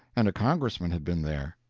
and a congressman had been there.